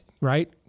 right